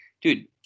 dude